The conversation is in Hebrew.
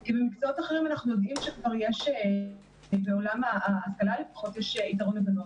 כי במקצועות אחרים אנחנו יודעים שיש כבר יתרון לבנות,